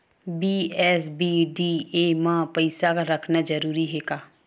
BSBDA मा पईसा रखना जरूरी हे का?